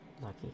Lucky